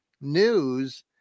news